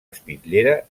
espitllera